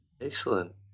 Excellent